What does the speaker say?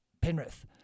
Penrith